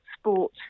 sport